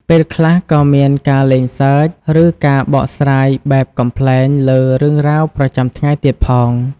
ពេលខ្លះក៏មាន ការលេងសើច ឬការបកស្រាយបែបកំប្លែងលើរឿងរ៉ាវប្រចាំថ្ងៃទៀតផង។